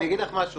אני אגיד לך משהו,